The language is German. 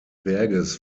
berges